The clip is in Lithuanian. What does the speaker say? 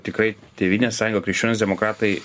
tikrai tėvynės sąjunga krikščionys demokratai